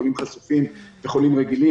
חולים חשופים וחולים רגילים,